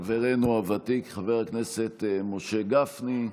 חברנו הוותיק חבר הכנסת משה גפני,